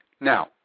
Now